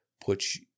puts